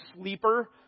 sleeper